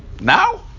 now